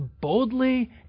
boldly